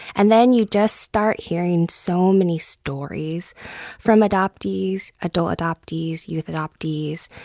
and then you just start hearing so many stories from adoptees adult adoptees, youth adoptees.